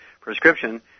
prescription